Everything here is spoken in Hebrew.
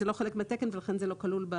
זה לא חלק מהתקן ולכן זה לא כלול.